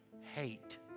hate